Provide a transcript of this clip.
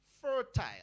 fertile